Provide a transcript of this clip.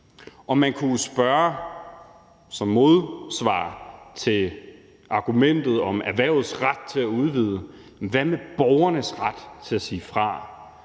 Og man kunne jo som modsvar til argumentet om erhvervets ret til at udvide spørge: Hvad med borgernes ret til at sige fra?